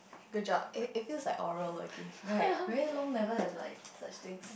good job it it feels like oral again right very long never have like such things